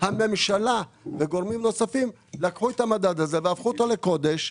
הממשלה וגורמים נוספים לקחו את המדד הזה והפכו אותו לקודש,